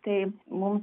tai mums